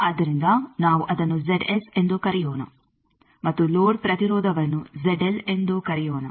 ಆದ್ದರಿಂದ ನಾವು ಅದನ್ನು ಎಂದು ಕರೆಯೋಣ ಮತ್ತು ಲೋಡ್ ಪ್ರತಿರೋಧವನ್ನು ಎಂದು ಕರೆಯೋಣ